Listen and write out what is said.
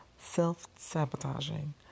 self-sabotaging